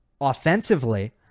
offensively